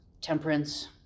Temperance